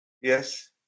Yes